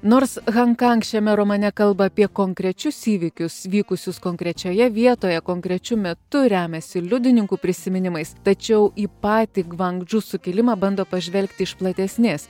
nors han kang šiame romane kalba apie konkrečius įvykius vykusius konkrečioje vietoje konkrečiu metu remiasi liudininkų prisiminimais tačiau į patį gvangdžu sukilimą bando pažvelgti iš platesnės